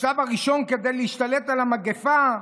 בשלב הראשון, כדי להשתלט על המגפה,